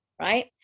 right